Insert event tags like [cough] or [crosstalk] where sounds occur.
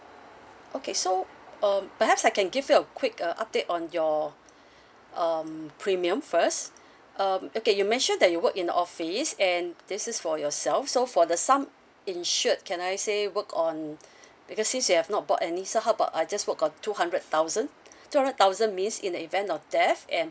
okay so um perhaps I can give you a quick uh update on your [breath] um premium first [breath] um okay you mentioned that you work in the office and this is for yourself so for the sum insured can I say work on [breath] because since you have not bought any so how about I just work on two hundred thousand [breath] two hundred thousand means in the event of death and